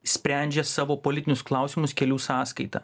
sprendžia savo politinius klausimus kelių sąskaita